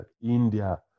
India